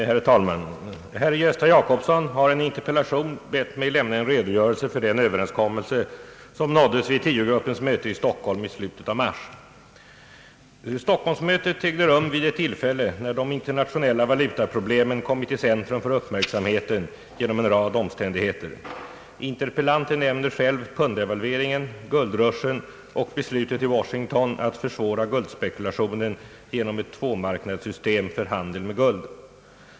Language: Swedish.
Herr talman! Herr Gösta Jacobsson har i en interpellation bett mig lämna en redogörelse för den överenskommelse, som nåddes vid tiogruppens möte i Stockholm i slutet av mars. Stockholmsmötet ägde rum vid ett tillfälle när de internationella valutaproblemen kommit i centrum för uppmärksamheten genom en rad omständigheter; interpellanten nämner själv punddevalveringen, guldrushen och beslutet i Washington att försvåra guldspekulationen genom ett tvåmarknadssystem för handeln med guld.